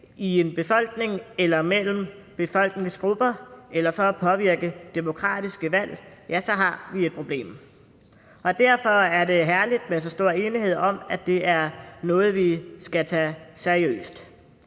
i en befolkning eller mellem befolkningsgrupper eller for at påvirke demokratiske valg, ja, så har vi et problem. Derfor er det herligt med så stor enighed om, at det er noget, vi skal tage seriøst.